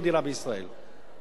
הוא רוצה שתהיה לו רגל בארץ,